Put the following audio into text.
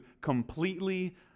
completely